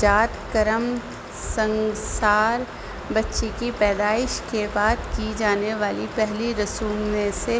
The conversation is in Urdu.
ذات کرم سنسار بچے کی پیدائش کے بعد کی جانے والی پہلی رسوم میں سے